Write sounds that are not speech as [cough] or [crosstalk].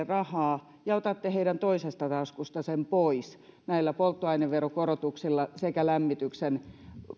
[unintelligible] rahaa ja otatte heidän toisesta taskustaan sen pois näillä polttoaineverokorotuksilla sekä lämmityksen